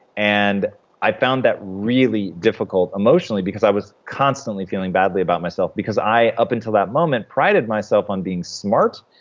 and i found that really difficult emotionally, because i was constantly feeling badly about myself, because i, up until that moment, prided myself on being smart,